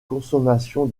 consommation